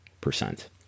percent